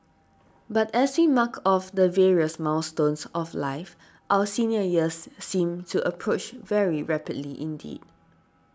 but as we mark off the various milestones of life our senior years seem to approach very rapidly indeed